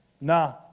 nah